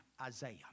Isaiah